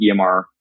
EMR